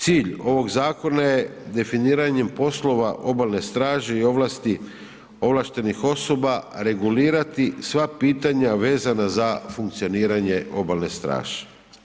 Cilj ovog zakona je definiranje poslova obalne straže i ovlasti ovlaštenih osoba, regulirati sva pitanja vezana za funkcioniranje Obalne straže.